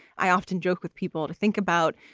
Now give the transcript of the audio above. i often joke with people to think about,